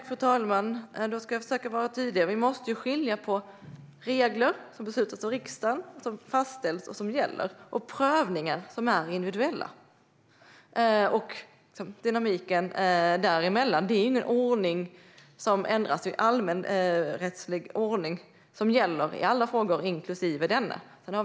Fru talman! Jag ska försöka att vara tydlig. Vi måste skilja på regler som gäller och som beslutats och fastställts av riksdagen och prövningar som är individuella. Det finns en dynamik däremellan. Det är inte någon ordning som ändras. Det är allmän rättslig ordning som gäller i alla frågor inklusive denna.